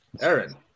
Aaron